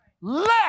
Let